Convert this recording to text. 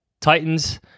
Titans